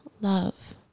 love